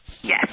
Yes